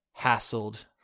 hassled